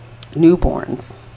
newborns